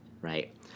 right